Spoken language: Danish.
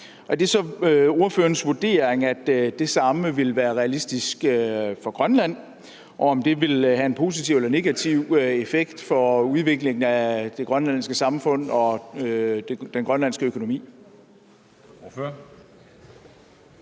Er det så ordførerens vurdering, at det samme vil være realistisk for Grønland, og vil det have en positiv eller negativ effekt for udviklingen af det grønlandske samfund og den grønlandske økonomi?